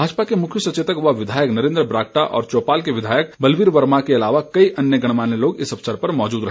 भाजपा के मुख्य सचेतक व विधायक नरेन्द्र बरागटा और चौपाल के विधायक बलवीर वर्मा के अलावा कई अन्य गणमान्य लोग इस अवसर पर मौजूद रहे